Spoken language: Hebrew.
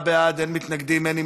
עשרה בעד, אין מתנגדים, אין נמנעים.